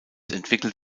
entwickelt